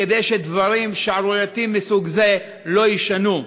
כדי שדברים שערורייתיים מסוג זה לא יישנו.